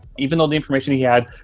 even though the information he had,